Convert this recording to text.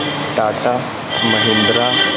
Tata Mahindra